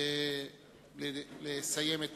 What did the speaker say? לסיים את